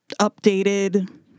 updated